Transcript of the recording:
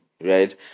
right